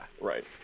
Right